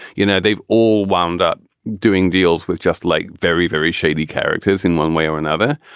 you know, they've all wound up doing deals with just like very, very shady characters in one way or another.